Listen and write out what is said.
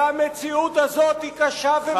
והמציאות הזאת היא קשה ומדאיגה.